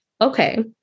okay